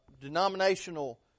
denominational